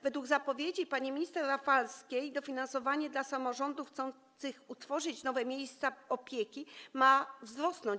Według zapowiedzi pani minister Rafalskiej dofinansowanie dla samorządów chcących utworzyć nowe miejsca opieki ma jeszcze wzrosnąć.